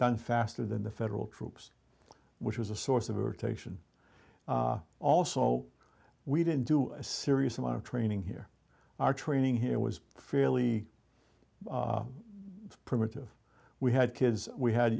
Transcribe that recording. done faster than the federal troops which was a source of irritation also we didn't do a serious amount of training here our training here was fairly primitive we had kids we had